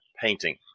painting